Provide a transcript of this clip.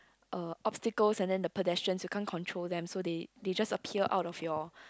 uh obstacles and then the pedestrians you can't control them so they they just appear out of your